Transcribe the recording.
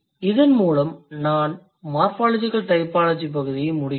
இதன் மூலம் நான் மார்ஃபாலஜிகல் டைபாலஜி பகுதியை முடிக்கிறேன்